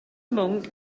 monk